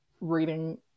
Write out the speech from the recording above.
reading